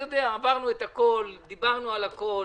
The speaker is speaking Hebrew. עברנו על הכול ודיברנו על הכול.